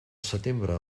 setembre